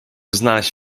znaleźć